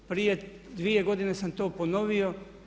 Prije 2 godine sam to ponovio.